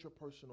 interpersonal